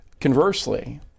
Conversely